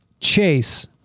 Chase